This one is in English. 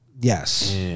yes